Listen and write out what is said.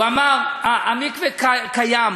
הוא אמר: המקווה קיים,